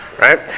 Right